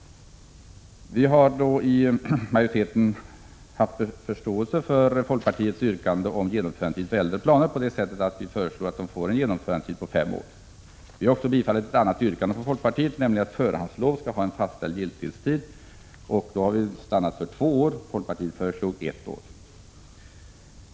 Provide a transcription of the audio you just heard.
Utskottsmajoriteten har haft förståelse för folkpartiets yrkande om genomförandetiden för äldre planer så till vida att vi föreslår att de får en genomförandetid på fem år. Vi har även tillstyrkt ett annat yrkande från folkpartiet, nämligen yrkandet att förhandslov skall ha en fastställd giltighet. Därvid stannade vi för två år. Folkpartiet föreslog ett år.